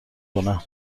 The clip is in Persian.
کنم